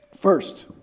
First